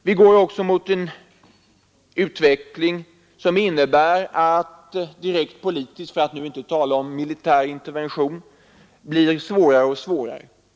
Vi går också mot en utveckling som innebär att direkt politisk, för att inte tala om militär, intervention blir svårare och svårare.